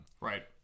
Right